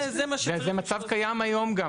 זה מצב קיים היום גם.